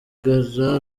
bagiraga